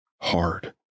hard